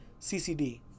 CCD